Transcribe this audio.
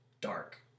dark